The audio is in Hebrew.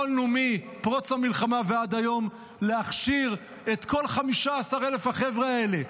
יכולנו מפרוץ המלחמה ועד היום להכשיר את כל 15,000 החבר'ה האלה,